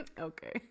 okay